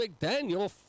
mcdaniel